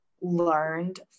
learned